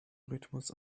rhythmus